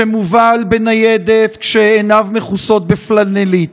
שמובל בניידת כשעיניו מכוסות בפלנלית,